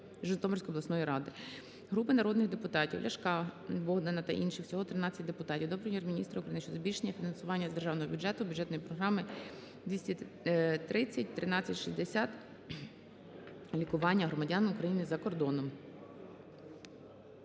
Житомирської обласної ради. Групи народних депутатів (Ляшка, Богдана та інших, всього 13 депутатів) до Прем'єр-міністра України щодо збільшення фінансування з Державного бюджету України бюджетної програми 2301360 "Лікування громадян України за кордоном".